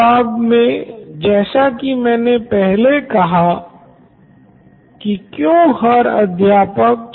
जब मैथ्स अध्यापक आपसे आपकी नोट बुक चाहेगा वो नोट बुक साइंस अध्यापक के पास होगी